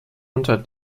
unter